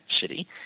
city